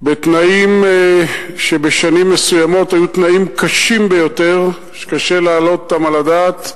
בתנאים שבשנים מסוימות היו תנאים קשים ביותר שקשה להעלות אותם על הדעת.